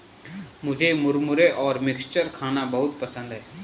मुझे मुरमुरे और मिक्सचर खाना बहुत पसंद है